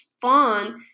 fun